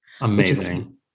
amazing